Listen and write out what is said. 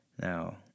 Now